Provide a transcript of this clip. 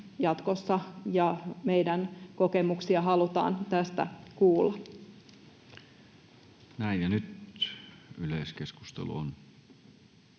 meidän kokemuksiamme halutaan tästä kuulla.